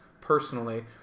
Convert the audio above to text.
personally